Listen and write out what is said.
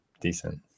decent